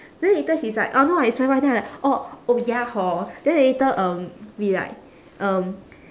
then later she's like oh no it's Y_Y then I like orh oh ya hor then later um we like um